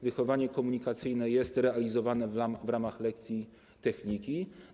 Wychowanie komunikacyjne jest realizowane w ramach lekcji techniki.